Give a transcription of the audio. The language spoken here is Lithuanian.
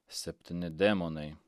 septyni demonai